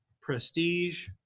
prestige